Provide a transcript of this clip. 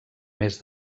més